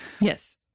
Yes